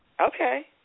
Okay